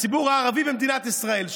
לציבור הערבי במדינת ישראל,